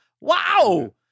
Wow